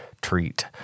treat